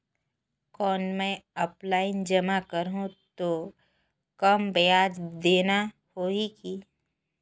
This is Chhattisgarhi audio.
कौन मैं ऑफलाइन जमा करहूं तो कम ब्याज देना होही की?